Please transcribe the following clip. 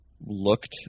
looked